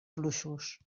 fluixos